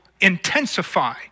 intensify